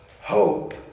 hope